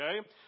Okay